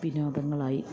വിനോദങ്ങളായി